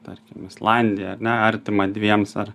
tarkim islandija ar ne artimą dviems ar